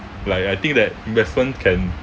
like I think that investment can